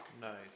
Nice